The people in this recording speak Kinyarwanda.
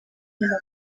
nyuma